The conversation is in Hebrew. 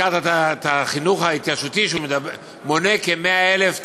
הזכרת את החינוך ההתיישבותי שמונה כ-100,000 תלמידים,